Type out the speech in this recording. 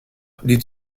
die